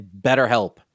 BetterHelp